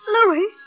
Louis